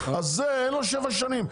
אז לו אין שבע שנים.